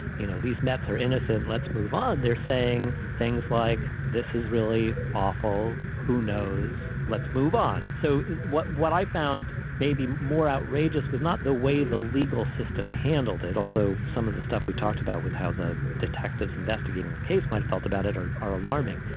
you know, these mets are innocent. let's move on. they're saying things like this is really awful. who knows? let's move on so what what i found may maybe more outrageous was not the way the legal system handled it, although some of the stuff we talked about with how the detectives investigating the case might've felt about it or are alarming.